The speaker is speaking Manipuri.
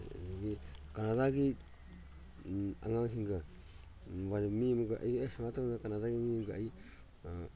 ꯑꯗꯒꯤ ꯀꯅꯥꯗꯒꯤ ꯑꯉꯥꯡꯁꯤꯡꯒ ꯋꯥꯔꯤꯅꯤ ꯃꯤ ꯑꯃ ꯑꯩꯗꯤ ꯑꯦ ꯁꯨꯃꯥꯏꯅ ꯇꯧꯗꯅ ꯀꯅꯥꯗꯥꯒꯤ ꯃꯤ ꯑꯃꯒ ꯑꯩ